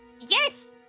Yes